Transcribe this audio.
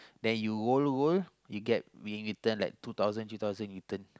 then you roll roll you get be return like two thousand three thousand in return